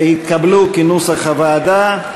התקבלו, כנוסח הוועדה.